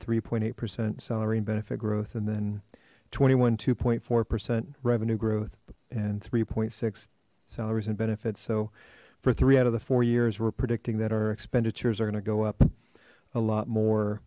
three eight percent salary and benefit growth and then twenty one two point four percent revenue growth and three point six salaries and benefits so for three out of the four years we're predicting that our expenditures are going to go up a lot more